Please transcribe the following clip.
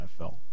NFL